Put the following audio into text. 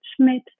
Schmidt